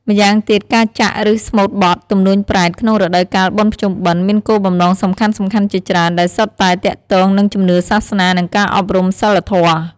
ម្យ៉ាងទៀត ការចាក់ ឬស្មូតបទ ទំនួញប្រេត ក្នុងរដូវកាលបុណ្យភ្ជុំបិណ្ឌ មានគោលបំណងសំខាន់ៗជាច្រើន ដែលសុទ្ធតែទាក់ទងនឹងជំនឿសាសនា និងការអប់រំសីលធម៌។